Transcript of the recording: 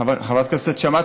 חברת הכנסת תמנו,